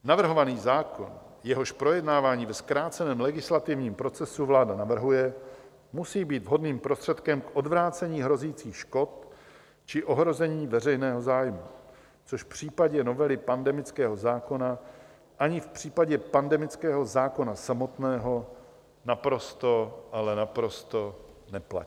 Navrhovaný zákon, jehož projednávání ve zkráceném legislativním procesu vláda navrhuje, musí být vhodným prostředkem k odvrácení hrozících škod či ohrožení veřejného zájmu, což v případě novely pandemického zákona ani v případě pandemického zákona samotného naprosto, ale naprosto neplatí.